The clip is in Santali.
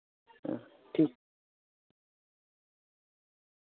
ᱦᱮᱸ ᱴᱷᱤᱠ